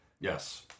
Yes